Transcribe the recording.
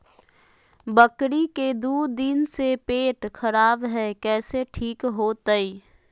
बकरी के दू दिन से पेट खराब है, कैसे ठीक होतैय?